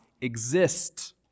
exist